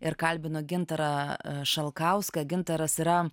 ir kalbinu gintarą šalkauską gintaras yra